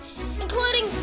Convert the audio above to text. including